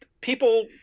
people